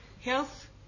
health